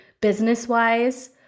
business-wise